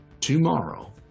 Tomorrow